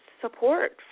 support